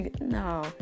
No